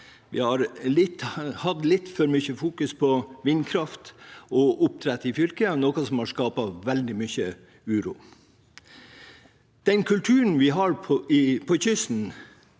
Vi har hatt litt for mye fokus på vindkraft og oppdrett i fylket, noe som har skapt veldig mye uro. Den kulturen vi har på kysten